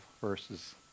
verses